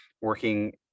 working